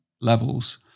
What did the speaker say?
levels